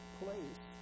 place